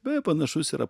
beje panašus yra